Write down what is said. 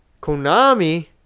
Konami